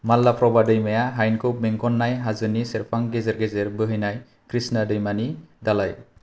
माल्लाप्रभा दैमाया हायेनखौ बेंखन्नाय हाजोनि सेरफां गेजेर गेजेर बोहैनाय क्रिस्ना दैमानि दालाय